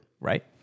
Right